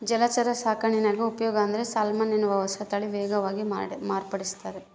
ಜಲಚರ ಸಾಕಾಣಿಕ್ಯಾಗ ಉಪಯೋಗ ಅಂದ್ರೆ ಸಾಲ್ಮನ್ ಎನ್ನುವ ಹೊಸತಳಿ ವೇಗವಾಗಿ ಮಾರ್ಪಡಿಸ್ಯಾರ